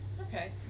Okay